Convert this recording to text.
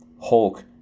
hulk